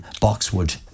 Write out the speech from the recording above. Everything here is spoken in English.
boxwood